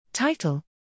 Title